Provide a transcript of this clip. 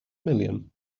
million